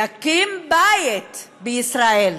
יקים בית בישראל.